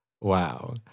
Wow